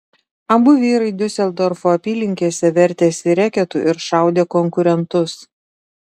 abu vyrai diuseldorfo apylinkėse vertėsi reketu ir šaudė konkurentus